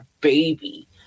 baby